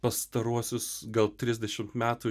pastaruosius gal trisdešimt metų